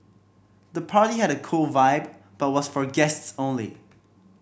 the party had a cool vibe but was for guests only